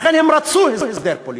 לכן הם רצו הסדר פוליטי.